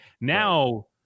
Now